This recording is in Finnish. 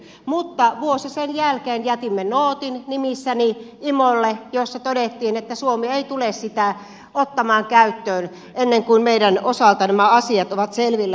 mutta vuosi sen jälkeen jätimme nootin nimissäni imolle jossa todettiin että suomi ei tule sitä ottamaan käyttöön ennen kuin meidän osaltamme nämä asiat ovat selvillä